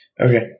Okay